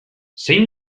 zein